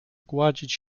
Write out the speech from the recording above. gładzić